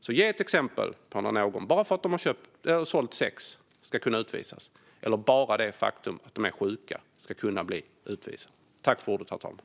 Ge mig ett exempel på när någon ska kunna utvisas bara för att den sålt sex eller bara för att den är sjuk!